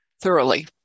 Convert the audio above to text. thoroughly